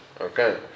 Okay